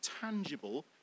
tangible